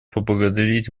поблагодарить